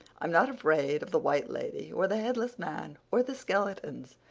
i'm not afraid of the white lady or the headless man or the skeletons,